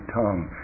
tongue